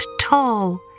tall